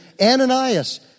Ananias